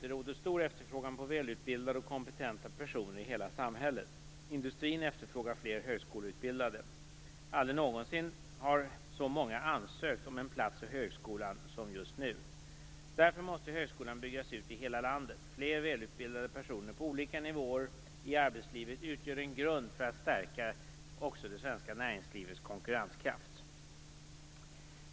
Det råder stor efterfrågan på välutbildade och kompetenta personer i hela samhället. Industrin efterfrågar fler högskoleutbildade. Aldrig någonsin har så många ansökt om en plats vid högskolan som just nu. Därför måste högskolan byggas ut i hela landet. Fler välutbildade personer på olika nivåer i arbetslivet utgör en grund för att stärka det svenska näringslivets konkurrenskraft.